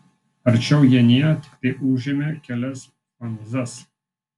arčiau jie nėjo tiktai užėmė kelias fanzas